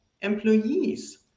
employees